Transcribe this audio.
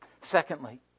Secondly